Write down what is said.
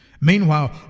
Meanwhile